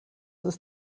ist